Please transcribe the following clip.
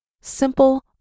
simple